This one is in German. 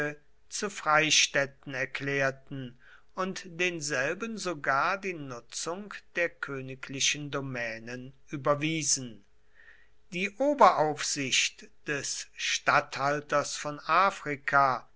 zu freistädten erklärten und denselben sogar die nutzung der königlichen domänen überwiesen die oberaufsicht des statthalters von africa